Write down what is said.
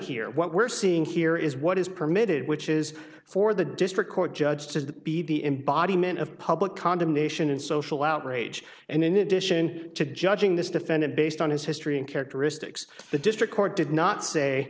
here what we're seeing here is what is permitted which is for the district court judge to be the embodiment of public condemnation and social outrage and in addition to judging this defendant based on his history and characteristics the district court did not say